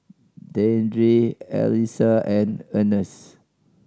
Deidre Allyssa and Earnest